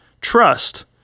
trust